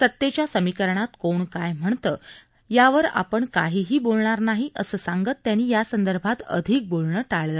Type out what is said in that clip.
सतेच्या समीकरणात कोण काय म्हणत आहे यावर आपण काहीही बोलणार नाही असं सांगत त्यांनी यासंदर्भात अधिक बोलणं टाळलं